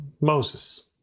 Moses